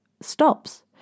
stops